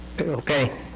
Okay